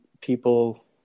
people